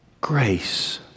grace